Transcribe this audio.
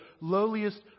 lowliest